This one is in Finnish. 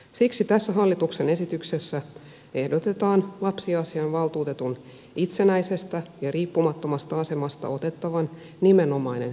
siksi tässä hallituksen esityksessä ehdotetaan lapsiasiainvaltuutetun itsenäisestä ja riippumattomasta asemasta otettavan nimenomainen säännös lakiin